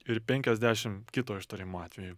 ir penkiasdešim kito ištarimo atveju